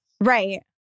Right